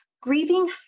grieving